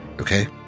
Okay